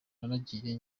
naragiye